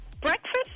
breakfast